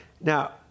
Now